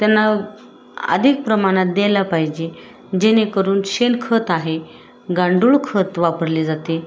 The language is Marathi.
त्यांना अधिक प्रमाणात द्यायला पाहिजे जेणेकरून शेणखत आहे गांडूळ खत वापरली जाते